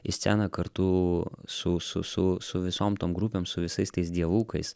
į sceną kartu su su su su visom tom grupėm su visais tais dievukais